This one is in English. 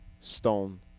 stone